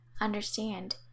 understand